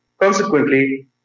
Consequently